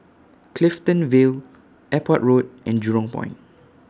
Clifton Vale Airport Road and Jurong Point